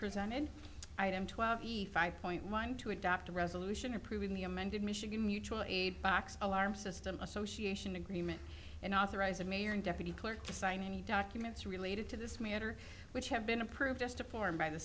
in item twelve point one to adopt a resolution approving the amended michigan mutual aid box alarm system association agreement and authorized the mayor and deputy clerk to sign any documents related to this matter which have been approved as to form by the